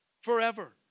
forever